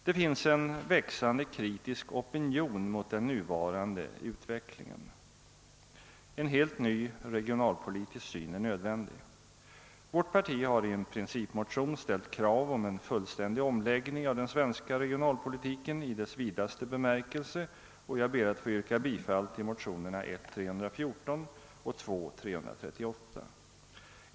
Det finns en växande kritisk opinion mot den nuvarande utvecklingen. En helt ny regionalpolitisk syn är nödvändig. Vårt parti har i en principmotion ställt krav om en fullständig omläggning av den svenska regionalpolitiken 1 dess vidaste bemärkelse, och jag ber att få yrka bifall till motionerna I: 314 och II: 338.